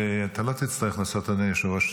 אדוני היושב-ראש,